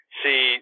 see